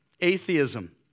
Atheism